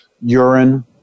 urine